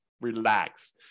relax